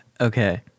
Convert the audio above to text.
Okay